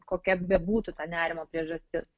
kokia bebūtų ta nerimo priežastis